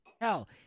Hell